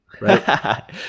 Right